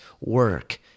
Work